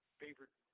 favorite